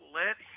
let